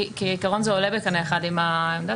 כעיקרון זה עולה בקנה אחד עם העמדה.